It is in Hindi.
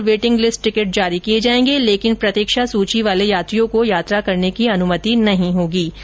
आरएसी और वेटिंग लिस्ट टिकट जारी किए जाएंगे लेकिन प्रतीक्षा सूची वाले यात्रियों को यात्रा करने की अनुमति नहीं होगी